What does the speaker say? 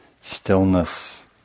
stillness